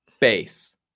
base